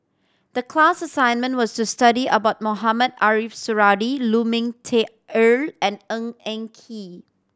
the class assignment was to study about Mohamed Ariff Suradi Lu Ming Teh Earl and Ng Eng Kee